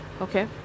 Okay